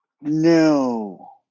No